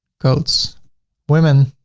coats women.